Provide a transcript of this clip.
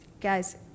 guys